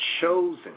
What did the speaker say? chosen